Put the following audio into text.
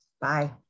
Bye